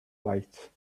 light